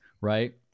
right